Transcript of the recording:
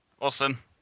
Awesome